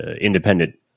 independent